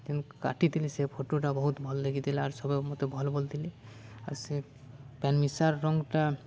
ଯେନ୍ କାଟିଥିଲି ସେ ଫଟୋଟା ବହୁତ୍ ଭଲ ଦେଖିଥିଲା ଆର୍ ସଭେ ମତେ ଭଲ୍ ବଲିଥିଲେ ଆର୍ ସେ ପାଏନ୍ ମିଶା ରଙ୍ଗ୍ଟା